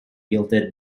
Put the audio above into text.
yielded